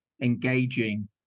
engaging